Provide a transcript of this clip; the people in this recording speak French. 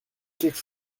quelque